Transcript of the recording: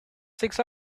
six